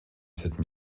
cette